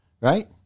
right